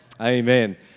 Amen